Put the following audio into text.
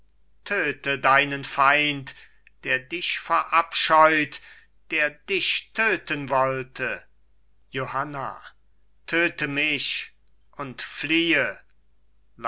töte deinen feind der dich verabscheut der dich töten wollte johanna töte mich und fliehe